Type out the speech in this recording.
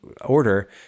order